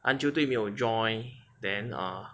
篮球队没有 join then err